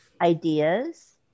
ideas